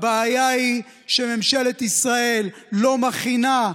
הבעיה היא שממשלת ישראל לא מכינה,